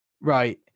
Right